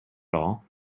all